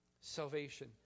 Salvation